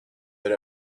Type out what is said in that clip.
that